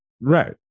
Right